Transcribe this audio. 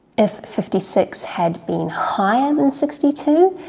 if fifty six had been higher than sixty two,